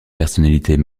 personnalités